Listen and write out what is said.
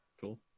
Cool